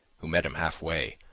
who met him halfway,